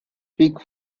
peak